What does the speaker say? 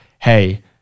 hey